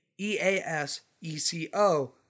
E-A-S-E-C-O